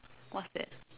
what's that